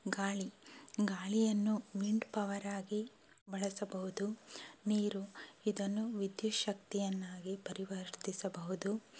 ಗಾಳಿ ಗಾಳಿಯನ್ನು ವಿಂಡ್ ಪವರಾಗಿ ಬಳಸಬಹುದು ನೀರು ಇದನ್ನು ವಿದ್ಯುತ್ ಶಕ್ತಿಯನ್ನಾಗಿ ಪರಿವರ್ತಿಸಬಹುದು